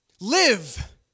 Live